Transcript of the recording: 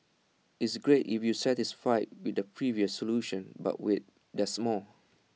it's great if you're satisfied with the previous solutions but wait there's more